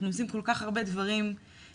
אנחנו עושים כל כך הרבה דברים כדי